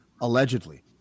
allegedly